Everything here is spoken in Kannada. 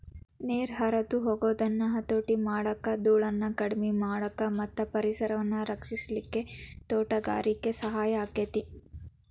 ನೇರ ಹರದ ಹೊಗುದನ್ನ ಹತೋಟಿ ಮಾಡಾಕ, ದೂಳನ್ನ ಕಡಿಮಿ ಮಾಡಾಕ ಮತ್ತ ಪರಿಸರವನ್ನ ರಕ್ಷಿಸಲಿಕ್ಕೆ ತೋಟಗಾರಿಕೆ ಸಹಾಯ ಆಕ್ಕೆತಿ